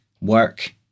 work